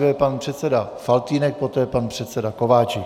Nejdříve pan předseda Faltýnek, poté pan předseda Kováčik.